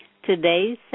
Today's